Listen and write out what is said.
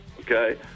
Okay